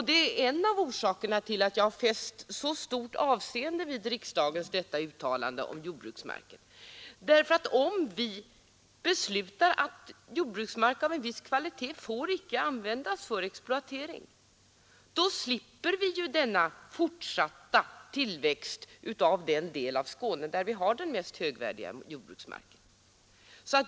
Det är en av orsakerna till att jag fäst så stort avseende vid riksdagens uttalande om jordbruksmarken. Därför att om vi beslutar att jordbruksmark av en viss kvalitet icke får användas för exploatering så slipper vi ju denna fortsatta tillväxt av den del av Skåne där vi har den mest högvärdiga jordbruksmarken.